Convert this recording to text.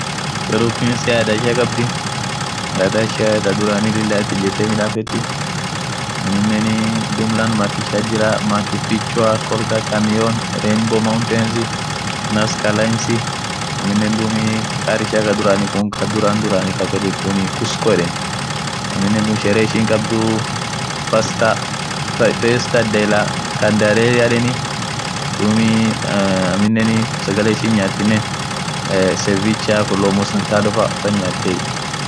Peropis adhaa ishia khabdhi adhaa ishia thaa dhurani lila ithi ijethee midhafethi aminen dhub landmark ishiathi jira machu picha kholkakan liyon rainbow mountains nuskaaa lines aminen dhub karr ishia kaaa dhurani khhaa dhuran dhurani khun qafedhis qunn quskoo yedheni aminen Sheree ishin khabdhuu faster feisther deilar cander rilei yedheni dub aminen sagale ishin nyathinen servicha kulo mosla dhanofaa wothan nyathiye